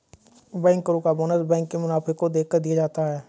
बैंकरो का bonus bank के मुनाफे को देखकर दिया जाता है